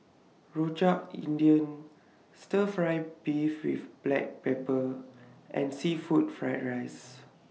Rojak India Stir Fry Beef with Black Pepper and Seafood Fried Rice